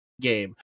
game